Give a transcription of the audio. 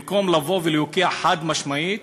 במקום לבוא ולהוקיע חד-משמעית,